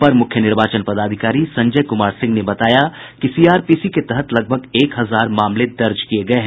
अपर मुख्य निर्वाचन पदाधिकारी संजय कुमार सिंह ने बताया कि सीआरपीसी के तहत लगभग एक हजार मामले दर्ज किये गये हैं